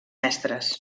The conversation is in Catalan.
mestres